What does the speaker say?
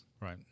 Right